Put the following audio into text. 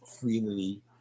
freely